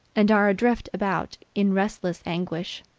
and are drifting about in restless anguish.